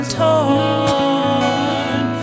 torn